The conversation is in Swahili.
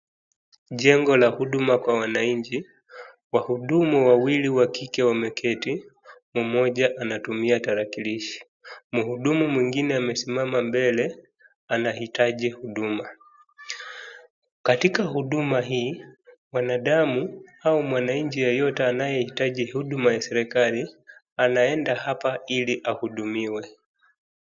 Jengo la huduma kwa wananchi, wahudumu wawili wa kike wameketi mmoja anatumia tarakilishi mhudumu mwingine amesimama mbele anahitaji huduma. Katika huduma hii mwanadamu au mwananchi yeyote anayehitaji huduma ya serekali anaenda hapa ili ahudumiwe